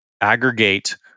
aggregate